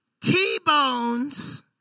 T-bones